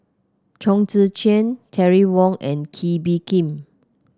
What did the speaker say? Chong Tze Chien Terry Wong and Kee Bee Khim